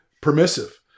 permissive